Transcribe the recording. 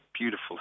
beautiful